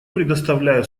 предоставляю